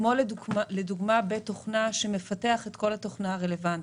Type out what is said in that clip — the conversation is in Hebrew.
כמו לדוגמה בית תוכנה שמפתח את כל התוכנה הרלוונטית.